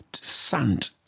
sand